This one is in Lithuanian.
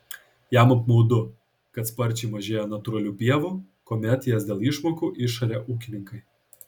jam apmaudu kad sparčiai mažėja natūralių pievų kuomet jas dėl išmokų išaria ūkininkai